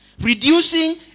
Reducing